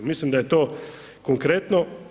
Mislim da je to konkretno.